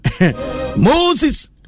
Moses